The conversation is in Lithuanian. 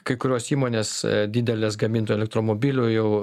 kai kurios įmonės didelės gamintų elektromobilių jau